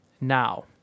Now